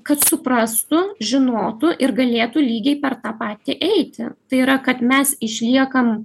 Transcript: kad suprastų žinotų ir galėtų lygiai per tą patį eiti tai yra kad mes išliekam